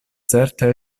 certe